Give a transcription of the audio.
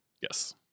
Yes